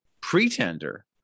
pretender